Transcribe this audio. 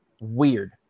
weird